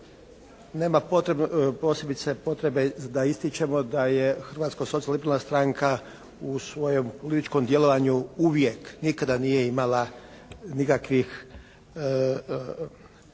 nema posebice potrebe da ističemo da je Hrvatska-socijalno liberalna stranka u svojem političkom djelovanju uvijek, nikada nije imala nikakvih